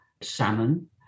salmon